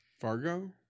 Fargo